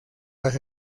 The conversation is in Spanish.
las